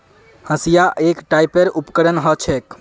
हंसिआ एक टाइपेर उपकरण ह छेक